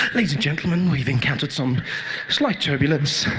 ladies and gentlemen, we have encountered some slight turbulence.